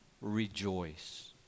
rejoice